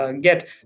get